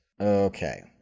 Okay